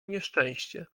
nieszczęście